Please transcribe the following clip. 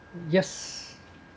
yes